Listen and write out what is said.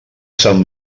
sant